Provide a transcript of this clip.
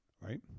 Right